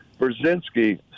Brzezinski